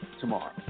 tomorrow